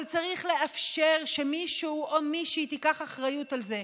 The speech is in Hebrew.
אבל צריך לאפשר שמישהו או מישהי תיקח אחריות על זה,